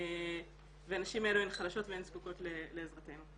והנשים האלה הן חלשות וזקוקות לעזרתנו.